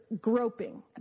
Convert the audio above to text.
groping